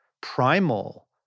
primal